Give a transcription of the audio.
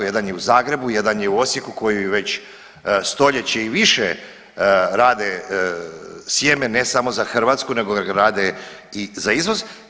Jedan je u Zagrebu, jedan je u Osijeku koji već stoljeće i više rade sjeme ne samo za Hrvatsku, nego ga rade i za izvoz.